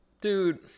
dude